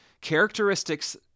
characteristics